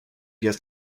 yet